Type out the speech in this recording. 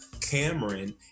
Cameron